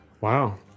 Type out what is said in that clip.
Wow